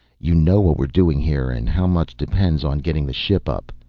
you know what we're doing here and how much depends on getting the ship up.